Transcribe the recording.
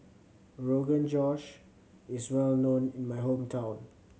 Rogan Josh is well known in my hometown